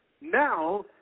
Now